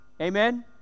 Amen